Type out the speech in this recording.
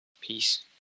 Peace